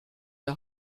der